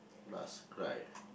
last cry